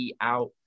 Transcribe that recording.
out